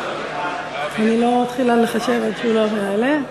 אני לא מתחילה לחשב עד שהוא לא יעלה.